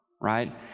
right